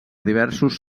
diversos